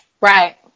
Right